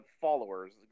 followers